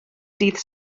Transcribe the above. dydd